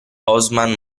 osman